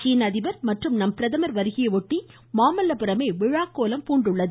சீன அதிபர் மற்றும் பிரதமர் வருகையையொட்டி மாமல்லபுரமே விழாக் கோலம் பூண்டுள்ளது